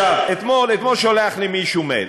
אתמול שולח לי מישהו מייל,